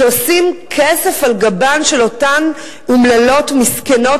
שעושים כסף על גבן של אותן אומללות מסכנות,